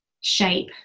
shape